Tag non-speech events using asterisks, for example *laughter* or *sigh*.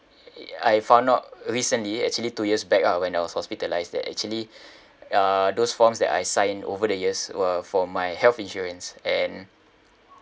e~ I found out recently actually two years back ah when I was hospitalised that actually *breath* uh those forms that I signed over the years were for my health insurance and